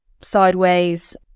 sideways